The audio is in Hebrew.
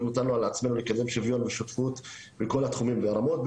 נטלנו על עצמנו לקדם שוויון ושותפות בכל התחומים והרמות,